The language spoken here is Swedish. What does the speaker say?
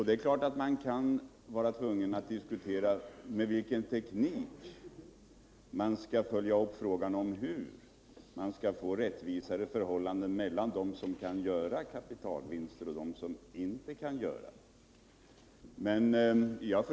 Det är klart att man kan vara tvungen att diskutera med vilken teknik man skall lösa frågan om hur man skall få rättvisare förhållanden mellan dem som kan göra kapitalvinster och de som inte kan göra det.